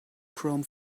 chrome